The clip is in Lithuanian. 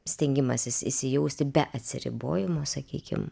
stengimasis įsijausti be atsiribojimo sakykim